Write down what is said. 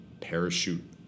Parachute